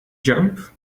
jump